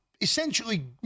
essentially